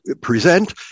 present